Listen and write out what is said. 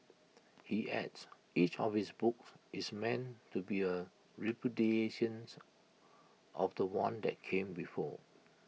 he adds each of his books is meant to be A repudiations of The One that came before